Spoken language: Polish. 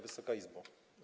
Wysoka Izbo!